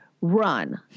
run